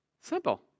Simple